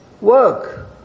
work